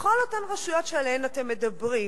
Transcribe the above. בכל אותן רשויות שעליהן אתם מדברים.